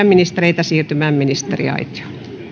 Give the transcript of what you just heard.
ministereitä siirtymään ministeriaitioon